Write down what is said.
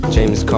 James